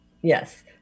Yes